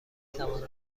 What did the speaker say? توانم